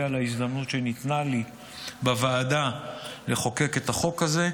על ההזדמנות שניתנה לי לחוקק בוועדה את החוק הזה.